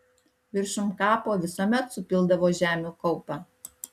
viršum kapo visuomet supildavo žemių kaupą